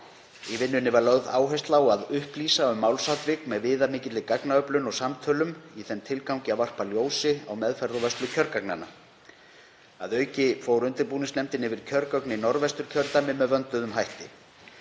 Í vinnunni var lögð áhersla á að upplýsa um málsatvik, með viðamikilli gagnaöflun og samtölum í þeim tilgangi að varpa ljósi á meðferð og vörslu kjörgagnanna. Að auki fór undirbúningsnefndin yfir kjörgögn í Norðvesturkjördæmi með vönduðum hætti.